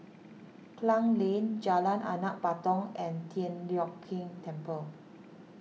Klang Lane Jalan Anak Patong and Tian Leong Keng Temple